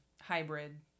hybrid